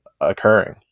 occurring